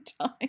time